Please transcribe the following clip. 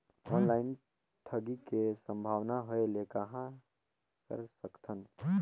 Online ठगी के संभावना होय ले कहां कर सकथन?